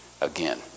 again